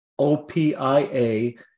OPIA